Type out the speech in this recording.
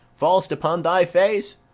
fall'st upon thy face?